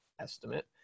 estimate